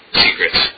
secrets